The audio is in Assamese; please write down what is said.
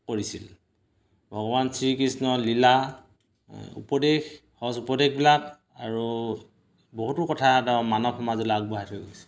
কৰিছিল ভগৱান শ্ৰীকৃষ্ণ লীলা উপদেশ সজ উপদেশবিলাক আৰু বহুতো কথা তেওঁ মানৱ সমাজলৈ আগবঢ়াই থৈ গৈছে